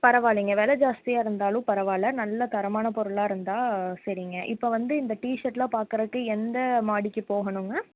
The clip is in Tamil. பரவாயில்லைங்க வெலை ஜாஸ்த்தியாக இருந்தாலும் பரவாயில்ல நல்ல தரமான பொருளாக இருந்தால் சரிங்க இப்போ வந்து இந்த டிஷர்ட்லாம் பாக்கறதுக்கு எந்த மாடிக்கு போகணும்ங்க